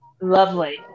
Lovely